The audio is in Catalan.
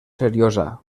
seriosa